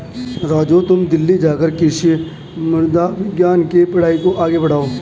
राजू तुम दिल्ली जाकर कृषि मृदा विज्ञान के पढ़ाई को आगे बढ़ाओ